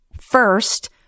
first